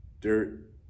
dirt